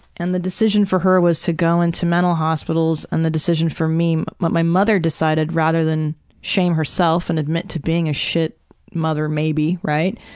and the decision for her was to go into mental hospitals. and the decision for me my mother decided rather than shame herself and admit to being a shit mother, maybe, right?